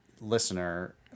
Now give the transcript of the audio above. listener